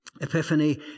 Epiphany